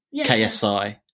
ksi